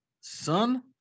son